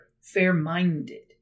fair-minded